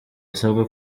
asabwa